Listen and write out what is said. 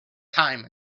time